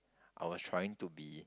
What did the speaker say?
I was trying to be